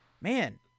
man